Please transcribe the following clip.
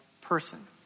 person